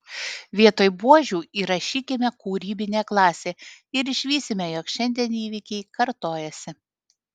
vietoj buožių įrašykime kūrybinė klasė ir išvysime jog šiandien įvykiai kartojasi